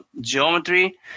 geometry